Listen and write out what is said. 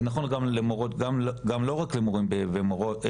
זה נכון גם לא רק למורים ומורות,